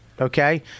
okay